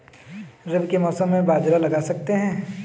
रवि के मौसम में बाजरा लगा सकते हैं?